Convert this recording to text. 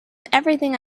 everything